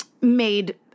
made